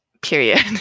period